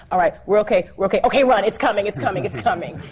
all right, we're okay, we're okay. okay, run! it's coming, it's coming, it's coming!